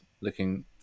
looking